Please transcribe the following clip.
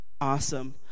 awesome